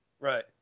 right